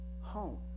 home